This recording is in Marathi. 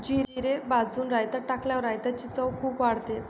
जिरे भाजून रायतात टाकल्यावर रायताची चव खूप वाढते